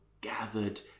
gathered